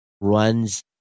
runs